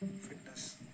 fitness